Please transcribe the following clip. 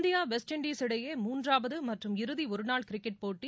India West Indies இடையே மூன்றாவது மற்றும் இறுதி ஒருநாள் கிரிக்கெட் போட்டி